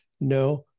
No